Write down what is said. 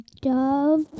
dove